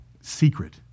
secret